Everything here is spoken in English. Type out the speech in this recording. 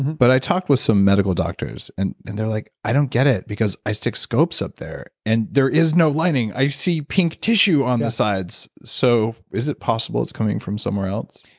but i talked with some medical doctors, and and they're like, i don't get it because i stick scopes up there, and there is no lining. i see pink tissue on the sides. so is it possible it's coming from somewhere else?